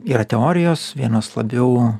yra teorijos vienos labiau